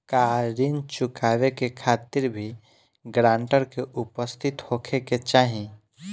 का ऋण चुकावे के खातिर भी ग्रानटर के उपस्थित होखे के चाही?